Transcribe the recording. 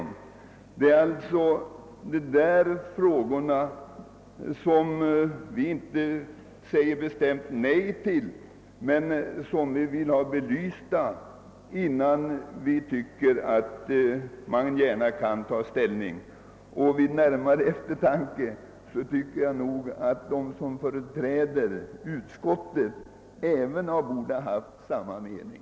Vi har alltså inte sagt bestämt nej till förslaget, men vi vill ha frågorna mer belysta innan vi tar ställning till dem. Jag tycker också att de som företräder utskottets uppfattning vid närmare eftertanke borde ha kommit till samma mening.